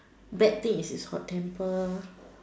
bad thing is his hot temper